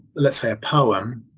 lets say a poem